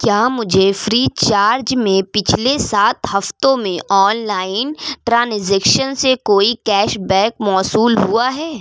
کیا مجھے Freecharge میں پچھلے سات ہفتوں میں آن لائن ٹرانزیکشن سے کوئی کیش بیک موصول ہوا ہے